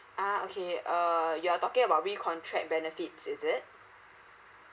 ah okay uh you are talking about recontract benefits is it